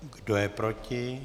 Kdo je proti?